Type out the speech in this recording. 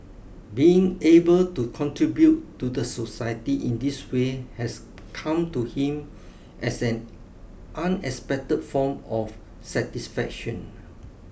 being able to contribute to the society in this way has come to him as an unexpected form of satisfaction